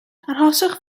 arhoswch